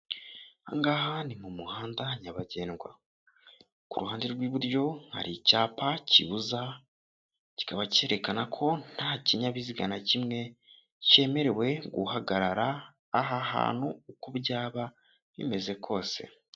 Ahangaha ni mu muhanda nyabagendwa, ku ruhande rw'iburyo hari icyapa kibuza kikaba cyerekana ko nta kinyabiziga na kimwe cyemerewe guhagarara aha hantu, uko byaba bimeze kose.